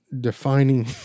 defining